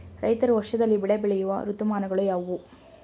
ರೈತರು ವರ್ಷದಲ್ಲಿ ಬೆಳೆ ಬೆಳೆಯುವ ಋತುಮಾನಗಳು ಯಾವುವು?